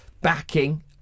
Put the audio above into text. backing